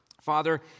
Father